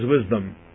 wisdom